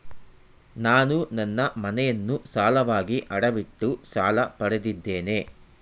ನಾನು ನನ್ನ ಮನೆಯನ್ನು ಸಾಲವಾಗಿ ಅಡವಿಟ್ಟು ಸಾಲ ಪಡೆದಿದ್ದೇನೆ